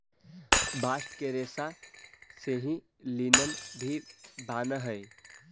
bast के रेसा से ही लिनन भी बानऽ हई